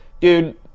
dude